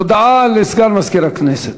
הודעה לסגן מזכירת הכנסת.